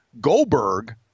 Goldberg